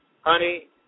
Honey